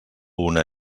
una